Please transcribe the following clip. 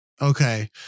Okay